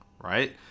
right